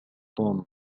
توم